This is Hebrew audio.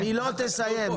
לסיים,